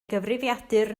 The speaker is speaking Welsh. gyfrifiadur